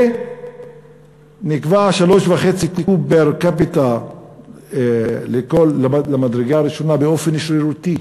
שנקבע 3.5 קוב פר-קפיטה למדרגה הראשונה באופן שרירותי.